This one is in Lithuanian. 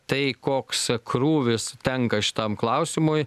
tai koks krūvis tenka šitam klausimui